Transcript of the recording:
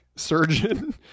surgeon